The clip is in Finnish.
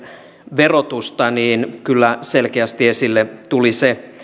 verotusta niin kyllä selkeästi esille tuli se